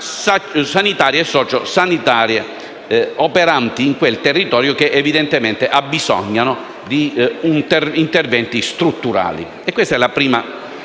sanitarie e sociosanitarie operanti in quel territorio che evidentemente abbisognano di interventi strutturali. Questa è la prima